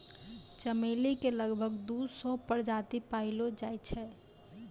चमेली के लगभग दू सौ प्रजाति पैएलो जाय छै